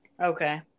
Okay